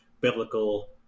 biblical